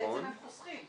ובעצם הם חוסכים.